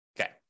Okay